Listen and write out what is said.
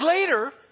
later